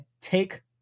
take